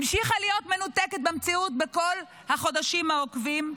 המשיכה להיות מנותקת מהמציאות בכל החודשים העוקבים,